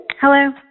Hello